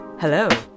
Hello